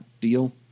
deal